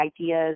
ideas